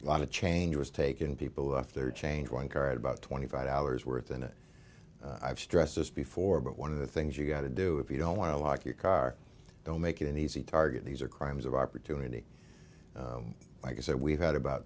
a lot of changes taking people off their change one car at about twenty five dollars worth and i've stressed this before but one of the things you got to do if you don't want to lock your car don't make it an easy target these are crimes of opportunity i guess that we've had about